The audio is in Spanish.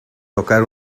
tocar